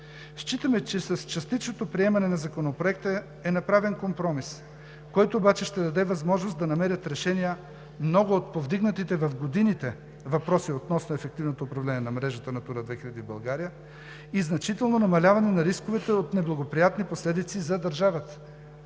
Считаме, че с частичното приемане на Законопроекта е направен компромис, който обаче ще даде възможност да намерят решения много от повдигнатите в годините въпроси относно ефективното управление на мрежата „Натура 2000“ в България и значително намаляване на рисковете от неблагоприятни последици за държавата